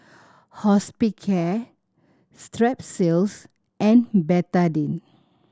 Hospicare Strepsils and Betadine